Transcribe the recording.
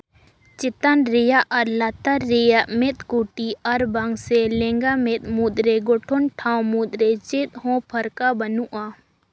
ᱪᱮᱛᱟᱱ ᱨᱮᱭᱟᱜ ᱟᱨ ᱞᱟᱛᱟᱨ ᱨᱮᱭᱟᱜ ᱢᱮᱫ ᱠᱩᱴᱤ ᱟᱨ ᱵᱟᱝ ᱥᱮ ᱞᱮᱸᱜᱟ ᱢᱮᱫ ᱢᱩᱫᱽ ᱨᱮ ᱜᱚᱴᱷᱚᱱ ᱴᱷᱟᱶ ᱢᱩᱫᱽ ᱨᱮ ᱪᱮᱫ ᱦᱚᱸ ᱯᱷᱟᱨᱠᱟ ᱵᱟᱹᱱᱩᱜᱼᱟ